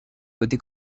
côté